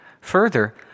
Further